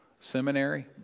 seminary